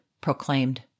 proclaimed